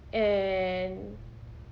and